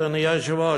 אדוני היושב-ראש,